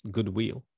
Goodwill